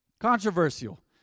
Controversial